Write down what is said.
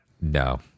No